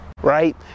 right